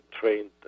trained